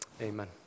Amen